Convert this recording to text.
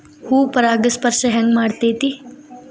ಹೂ ಪರಾಗಸ್ಪರ್ಶ ಹೆಂಗ್ ಮಾಡ್ತೆತಿ?